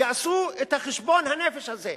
ויעשו את חשבון הנפש הזה.